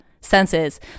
senses